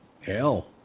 hell